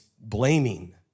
blaming